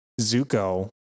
Zuko